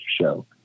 show